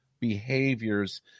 behaviors